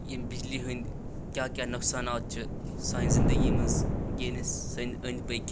یِم بِجلی ہٕنٛدۍ کیٛاہ کیٛاہ نقصانات چھِ سانہِ زِندگی منٛز ییٚلہِ سٲنۍ أنٛدۍ پٔکۍ